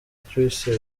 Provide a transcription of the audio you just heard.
tricia